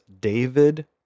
David